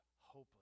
hopeless